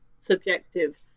subjective